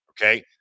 Okay